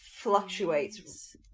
fluctuates